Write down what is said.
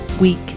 week